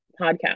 podcast